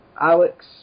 Alex